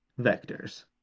vectors